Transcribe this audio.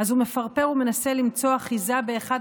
אז הוא מפרפר ומנסה למצוא אחיזה באחד